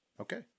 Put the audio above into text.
Okay